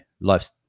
life's